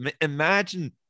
imagine